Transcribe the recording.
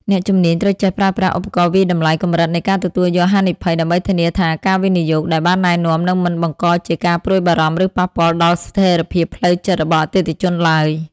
អ្នកជំនាញត្រូវចេះប្រើប្រាស់ឧបករណ៍វាយតម្លៃកម្រិតនៃការទទួលយកហានិភ័យ ដើម្បីធានាថាការវិនិយោគដែលបានណែនាំ នឹងមិនបង្កជាការព្រួយបារម្ភ ឬប៉ះពាល់ដល់ស្ថិរភាពផ្លូវចិត្តរបស់អតិថិជនឡើយ។